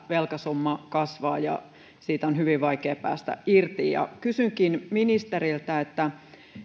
velkasumma kasvaa ja siitä on hyvin vaikea päästä irti kysynkin ministeriltä